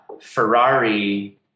ferrari